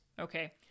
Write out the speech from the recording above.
okay